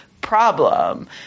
problem